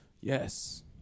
Yes